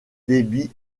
débit